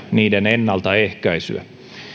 niiden ennaltaehkäisyä